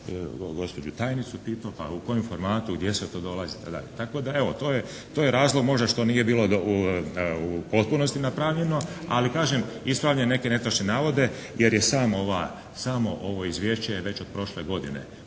gospođu tajnicu pitao pa u kojem formatu i gdje sve to dolazi itd. Tako da evo to je razlog možda što nije bilo dovoljno u potpunosti napravljeno, ali kažem ispravljam neke netočne navode jer i samo ovo izvješće je već od prošle godine